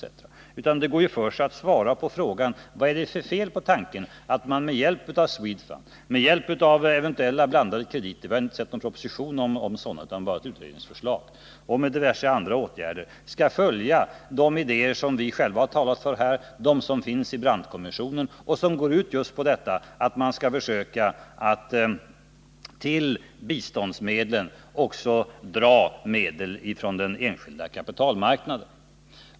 Det kunde gå för sig att svara på frågan: Vad är det för fel på tanken att man med hjälp av SVEDFUND och eventuella blandade krediter — och med diverse andra åtgärder — skulle följa de idéer som jag här har talat för och som också finns i Brandtkommissionen om att till biståndsområdet dra också medel från den enskilda kapitalmarknaden?